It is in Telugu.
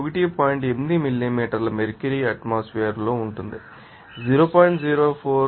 8 మిల్లీమీటర్ల మెర్క్యూరీ ఆటోమాస్ఫెర్ ంలో ఉంది 0